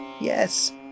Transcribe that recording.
yes